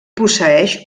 posseeix